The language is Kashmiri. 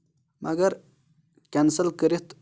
مَگر کینسَل کٔرِتھ